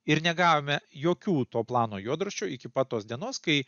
ir negavome jokių to plano juodraščių iki pat tos dienos kai